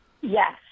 Yes